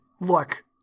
look